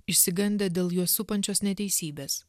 išsigandę dėl juos supančios neteisybės